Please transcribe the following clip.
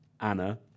anna